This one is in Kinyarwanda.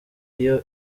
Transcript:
iyo